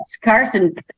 Carson